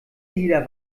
jeder